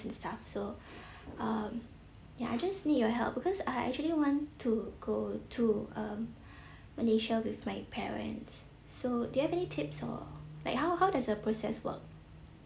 and stuff so uh ya I just need your help because I actually want to go to uh malaysia with my parents so do you have any tips or like how how does the process work